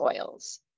oils